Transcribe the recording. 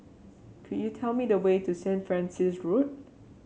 could you tell me the way to Saint Francis Road